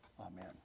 Amen